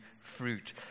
fruit